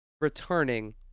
returning